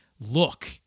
look